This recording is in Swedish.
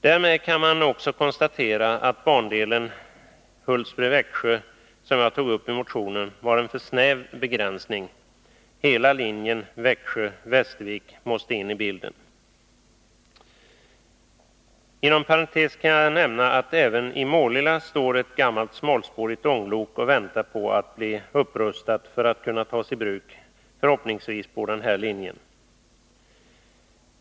Därmed kan det också konstateras att bandelen Hultsfred-Växjö, som jag tog upp i motionen, var en för snäv begränsning. Hela linjen Växjö-Västervik måste in i bilden. Inom parentes kan jag nämna att det även i Målilla står ett gammalt smalspårigt ånglok och väntar på att bli upprustat för att kunna tas i bruk på förhoppningsvis den här linjen.